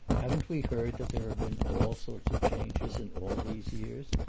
haven't we heard that there have been all sorts of changes in all these years?